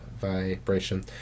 vibration